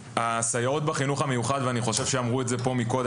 הסייעות בחינוך המיוחד ואני חושב שאמרו את זה קודם,